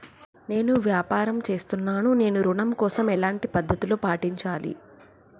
నేను వ్యాపారం చేస్తున్నాను నేను ఋణం కోసం ఎలాంటి పద్దతులు పాటించాలి?